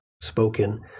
spoken